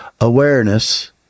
awareness